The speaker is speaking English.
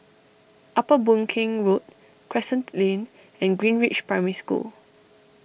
Upper Boon Keng Road Crescent Lane and Greenridge Primary School